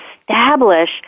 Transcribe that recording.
establish